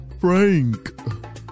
Frank